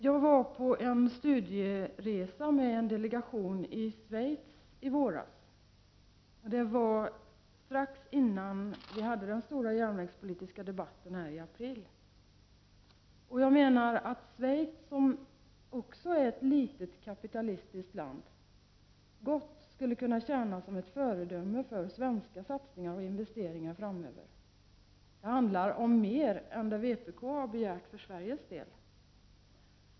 I våras var jag med en delegation på en studieresa till Schweiz. Det var strax innan vi hade den stora järnvägspolitiska debatten här i april. Jag menar att Schweiz, som också är ett litet kapitalistiskt land, gott skulle kunna tjäna som ett föredöme för svenska satsningar och investeringar framöver. I Schweiz handlar det om mer än vad vpk har begärt för Sveriges del.